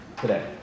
today